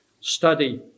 study